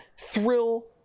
thrill